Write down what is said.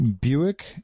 Buick